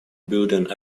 building